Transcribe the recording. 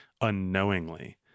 unknowingly